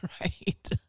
Right